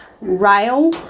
rail